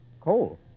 Coal